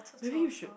maybe you should